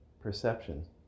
perception